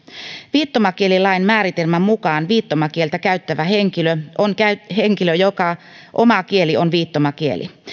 viittomakielilain määritelmän mukaan viittomakieltä käyttävä on henkilö jonka oma kieli on viittomakieli